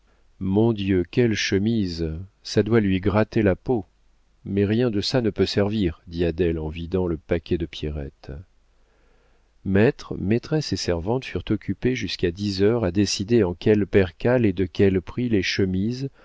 mon dieu quelles chemises ça doit lui gratter la peau mais rien de ça ne peut servir dit adèle en vidant le paquet de pierrette maître maîtresse et servante furent occupés jusqu'à dix heures à décider en quelle percale et de quel prix les chemises